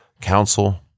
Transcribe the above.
counsel